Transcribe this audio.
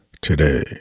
today